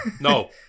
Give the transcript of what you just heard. No